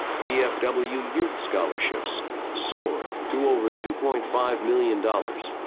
vfw youth scholarships soared to over two point five million dollars.